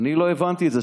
אני לא הבנתי את זה.